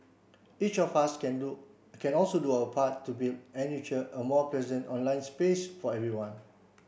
each of us can do can also do our part to build and nurture a more pleasant online space for everyone